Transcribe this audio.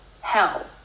hell